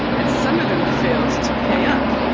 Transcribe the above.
and some of them failed to pay up.